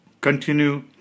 Continue